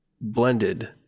blended